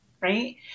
right